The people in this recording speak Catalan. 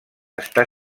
està